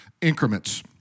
increments